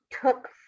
took